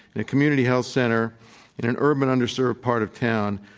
and community health center in an urban underserved part of town,